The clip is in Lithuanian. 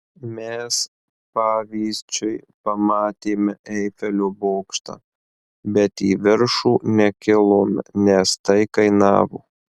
mes pavyzdžiui pamatėme eifelio bokštą bet į viršų nekilome nes tai kainavo